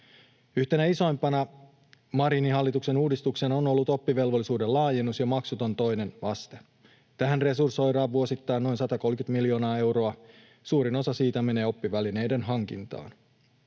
Yhtenä isoimmista Marinin hallituksen uudistuksista on ollut oppivelvollisuuden laajennus ja maksuton toinen aste. Tähän resursoidaan vuosittain noin 130 miljoonaa euroa. Suurin osa siitä menee oppivälineiden hankintaan.